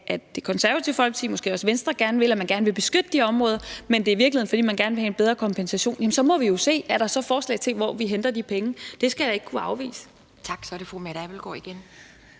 Det Konservative Folkeparti og måske også Venstre gerne vil gå, at man gerne vil beskytte de områder, men det i virkeligheden er, fordi man gerne vil have en bedre kompensation, at vi så må se på, om der så er forslag til, hvor vi henter de penge. Det skal jeg ikke kunne afvise. Kl. 14:42 Anden næstformand (Pia